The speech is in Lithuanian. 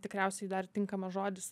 tikriausiai dar tinkamas žodis